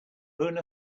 ruin